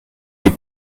des